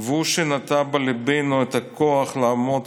והוא שנטע בליבנו את הכוח לעמוד